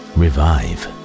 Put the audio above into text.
revive